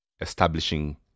establishing